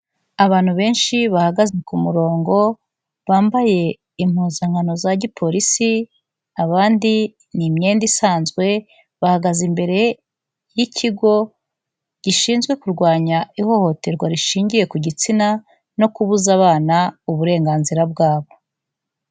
Abantu benshi bahagaze ku murongo, bambaye impuzankano za gipolisi, abandi ni imyenda isanzwe, bahagaze imbere y'ikigo gishinzwe kurwanya ihohoterwa rishingiye ku gitsina no kubuza abana uburenganzira bwabo.